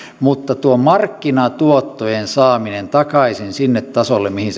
mutta markkinatuottojen saamisen eteen takaisin sinne tasolle mihin